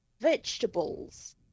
vegetables